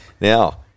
Now